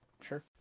Sure